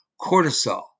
cortisol